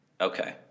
Okay